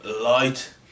light